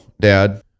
dad